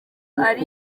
ari